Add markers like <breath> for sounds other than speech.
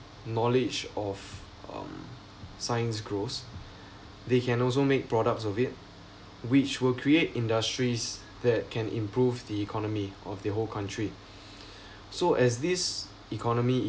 knowledge of um science growth they can also make products of it which will create industries that can improve the economy of the whole country <breath> so as this economy